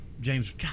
James